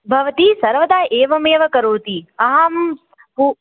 भवती सर्वदा एवमेव करोति अहं पू